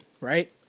right